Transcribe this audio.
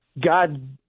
God